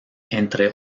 entre